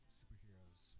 superheroes